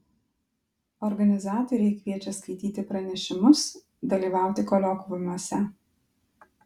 organizatoriai kviečia skaityti pranešimus dalyvauti kolokviumuose